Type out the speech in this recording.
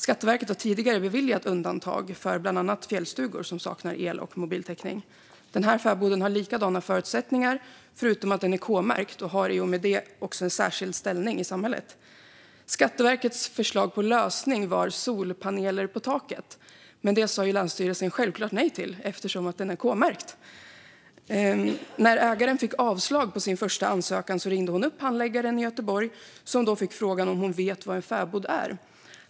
Skatteverket har tidigare beviljat undantag för bland annat fjällstugor som saknar el och mobiltäckning. Den här fäboden har likadana förutsättningar, förutom att den är k-märkt och har i och med det också en särskild ställning i samhället. Skatteverkets förslag på lösning var solpaneler på taket. Detta sa länsstyrelsen självklart nej till, eftersom fäboden är k-märkt. När ägaren fick avslag på sin första ansökan ringde hon upp handläggaren i Göteborg, som då fick frågan om hon vet vad en fäbod är.